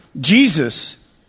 Jesus